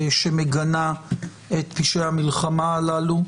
שמגנה את פשעי המלחמה הללו.